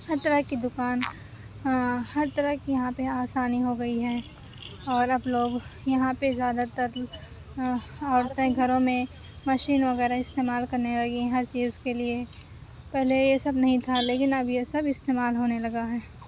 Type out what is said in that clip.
ہر طرح کی دُکان ہر طرح کی یہاں پہ آسانی ہو گئی ہے اور اب لوگ یہاں پہ زیادہ تر عورتیں گھروں میں مشین وغیرہ استعمال کرنے لگی ہیں ہر چیز کے لیے پہلے یہ سب نہیں تھا لیکن اب یہ سب استعمال ہونے لگا ہے